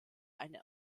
eine